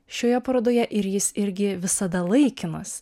šioje parodoje ir jis irgi visada laikinas